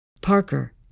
Parker